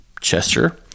Chester